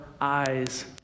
eyes